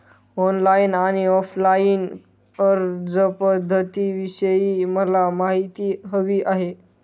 online आणि offline अर्जपध्दतींविषयी मला माहिती हवी आहे